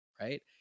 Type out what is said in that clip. right